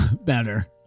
better